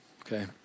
Okay